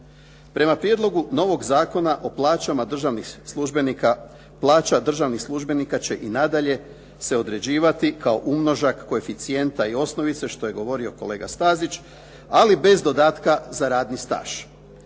Prema prijedlogu novog Zakona o plaćama državnih službenika plaća državnih službenika će i nadalje se određivati kao umnožak koeficijenta i osnovice što je govorio kolega Stazić, ali bez dodatka za radni staž.